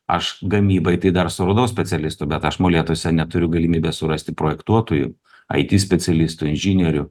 aš gamybai tai dar suradau specialistų bet aš molėtuose neturiu galimybės surasti projektuotojų ai ti specialistų inžinierių